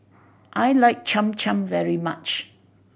I like Cham Cham very much